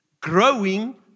growing